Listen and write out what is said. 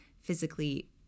physically